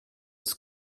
ist